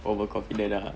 overconfident ah